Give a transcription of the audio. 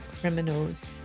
criminals